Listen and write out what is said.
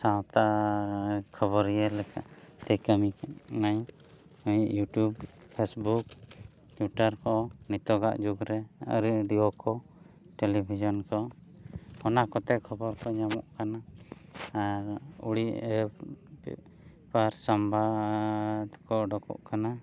ᱥᱟᱶᱛᱟ ᱠᱷᱚᱵᱚᱨᱤᱭᱟᱹ ᱞᱮᱠᱟᱛᱮ ᱠᱟᱹᱢᱤ ᱠᱟᱱᱟᱭ ᱤᱭᱩᱴᱩᱵᱽ ᱯᱷᱮᱹᱥᱵᱩᱠ ᱴᱩᱭᱴᱟᱨ ᱠᱚ ᱱᱤᱛᱚᱜᱟᱜ ᱡᱩᱜᱽ ᱨᱮ ᱨᱮᱰᱤᱭᱳ ᱠᱚ ᱴᱮᱞᱤᱵᱷᱤᱡᱚᱱ ᱠᱚ ᱚᱱᱟ ᱠᱚᱛᱮ ᱠᱷᱚᱵᱚᱨ ᱠᱚ ᱧᱟᱢᱚᱜ ᱠᱟᱱᱟ ᱟᱨ ᱩᱲᱤᱭᱟ ᱥᱚᱢᱵᱟᱫᱽ ᱠᱚ ᱩᱰᱩᱠᱚᱜ ᱠᱟᱱᱟ